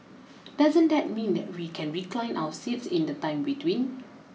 doesn't that mean that we can recline our seats in the time between